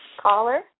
Caller